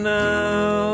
now